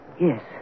Yes